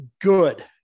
good